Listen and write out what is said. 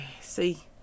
see